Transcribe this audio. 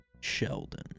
Sheldon